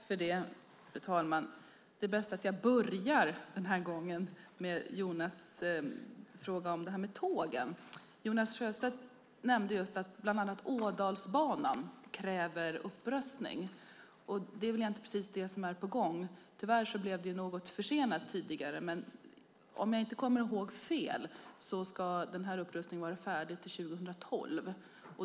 Fru talman! Det är bäst att jag börjar med Jonas Sjöstedts fråga om tågen. Han nämnde att Ådalsbanan kräver upprustning. Det är på gång. Tyvärr blev det något försenat, men minns jag rätt ska upprustningen vara klar till 2012.